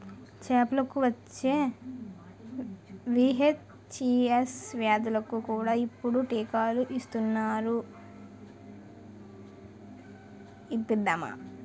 చేపలకు వచ్చే వీ.హెచ్.ఈ.ఎస్ వ్యాధులకు కూడా ఇప్పుడు టీకాలు ఇస్తునారు ఇప్పిద్దామా